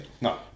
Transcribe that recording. No